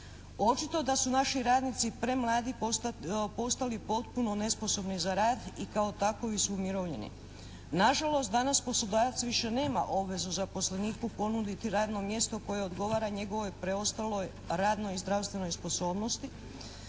Očito je da su naši radnici premladi postali potpuno nesposobni za rad i kao takovi su umirovljeni. Nažalost danas poslodavci nemaju obvezu zaposleniku ponuditi radno mjesto koje odgovara njegovoj preostaloj radnoj i zdravstvenoj sposobnosti.